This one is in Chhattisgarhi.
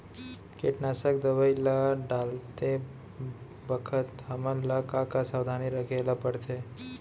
कीटनाशक दवई ल डालते बखत हमन ल का का सावधानी रखें ल पड़थे?